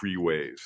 freeways